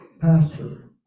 pastor